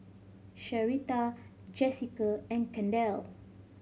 Sherita Jessica and Kendall